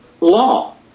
law